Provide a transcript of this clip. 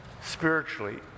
spiritually